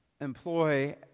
employ